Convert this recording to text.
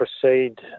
proceed